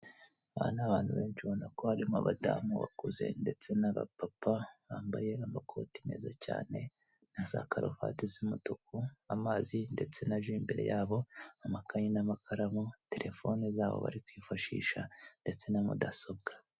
Aba ni abantu benshi ubona ko barimo abadamu bakuze ndetse n'abapapa bambaye amakote meza cyane n'azakaruvati z'umutuku amazi ndetse na ji imbere yabo amakayi n'amakaramu, telefone zabo barikwifashisha ndetse n'amudasobwa.